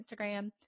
instagram